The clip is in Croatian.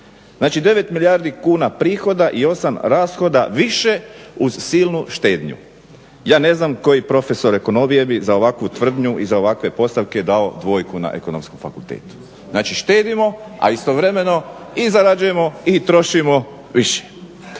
9 milijardi kuna prihoda i 8 rashoda više uz silnu štednju. Ja ne znam koji profesor ekonomije bi za ovakvu tvrdnju i za ovakve postavke dao dvojku na Ekonomskom fakultetu. Znači, štedimo a istovremeno i zarađujemo i trošimo više.